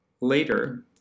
Later